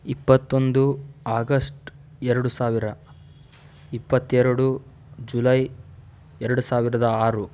ಇಪ್ಪತ್ತೊಂದು ಆಗಸ್ಟ್ ಎರಡು ಸಾವಿರ ಇಪ್ಪತ್ತೆರಡು ಜುಲೈ ಎರಡು ಸಾವಿರದ ಆರು